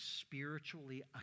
spiritually